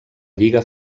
lliga